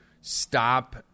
stop